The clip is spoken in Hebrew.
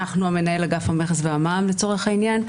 אנחנו מנהל אגף המכס והמע"מ לצורך העניין.